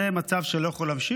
זה מצב שלא יכול להימשך,